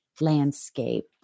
landscape